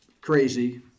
crazy